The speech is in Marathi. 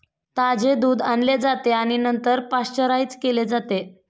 ताजे दूध आणले जाते आणि नंतर पाश्चराइज केले जाते